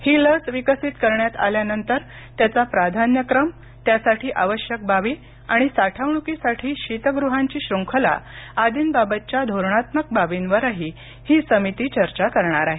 ही लस विकसित करण्यात आल्यानंतर त्याचा प्राधान्यक्रम त्यासाठी आवश्यक बाबी आणि साठवणुकीसाठी शीतगृहांची शृंखला आदींबाबतच्या धोरणात्मक बाबींवरही ही समिती चर्चा करणार आहे